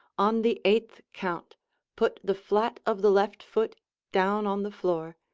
on the eighth count put the flat of the left foot down on the floor,